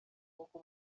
nkuko